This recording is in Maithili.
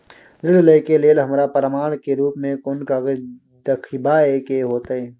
ऋण लय के लेल हमरा प्रमाण के रूप में कोन कागज़ दिखाबै के होतय?